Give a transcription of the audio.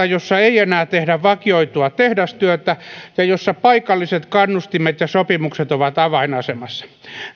jossa ei enää tehdä vakioitua tehdastyötä ja jossa paikalliset kannustimet ja sopimukset ovat avainasemassa